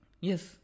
Yes